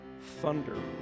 thunder